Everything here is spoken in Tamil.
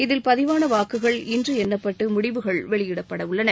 இதில் பதிவான வாக்குகள் இன்று எண்ணப்பட்டு முடிவுகள் வெளியிடப்படவுள்ளன